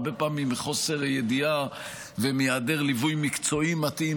הרבה פעמים מחוסר ידיעה ומהיעדר ליווי מקצועי מתאים